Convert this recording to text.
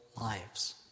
lives